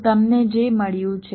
તો તમને જે મળ્યું છે